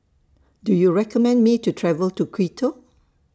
Do YOU recommend Me to travel to Quito